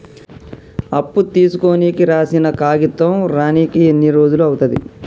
అప్పు తీసుకోనికి రాసిన కాగితం రానీకి ఎన్ని రోజులు అవుతది?